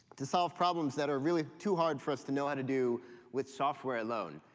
to solve problems that are really too hard for us to know how to do with software alone.